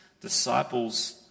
disciples